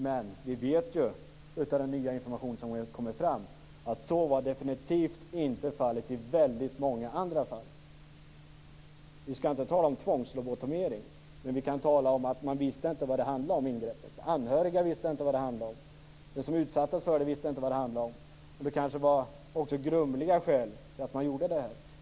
Men vi vet ju från den nya information som har kommit fram att så definitivt inte var fallet i väldigt många andra fall. Vi skall inte tala om tvångslobotomering, men vi kan tala om att man inte visste vad detta ingrepp handlade om. De anhöriga visste inte vad det handlade om. Den som utsattes för det visste inte vad det handlade om. Det var kanske också grumliga skäl till att man gjorde detta.